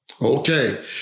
Okay